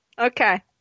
Okay